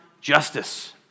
justice